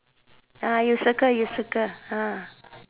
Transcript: you circle you circle